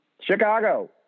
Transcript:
Chicago